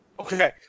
Okay